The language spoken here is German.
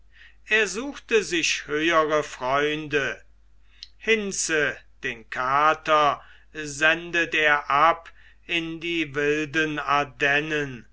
er suchte sich höhere freunde hinze den kater sendet er ab in die wilden